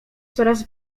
coraz